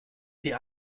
die